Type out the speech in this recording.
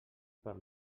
per